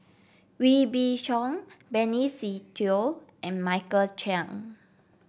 Wee Beng Chong Benny Se Teo and Michael Chiang